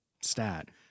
stat